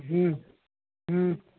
हम्म हम्म